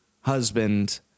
husband